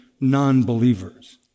non-believers